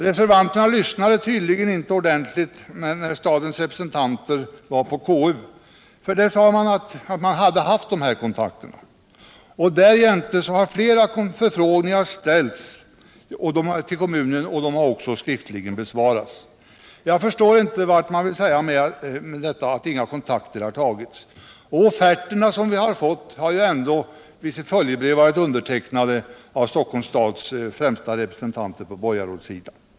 Reservanterna lyssnade troligen inte ordentligt på vad som sades vid utfrågningen inför KU. Där sades nämligen att sådana kontakter har tagits. Därjämte har flera förfrågningar ställda till kommunen skriftligen besvarats. Offerterna med sina följebrev har också varit undertecknade av Stockholms stads främsta representanter på borgarrådssidan. Jag förstår inte vart reservanterna vill komma med sitt påstående.